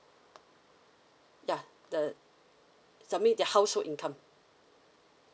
ya the submit the household income